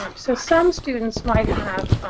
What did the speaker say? um so some students might have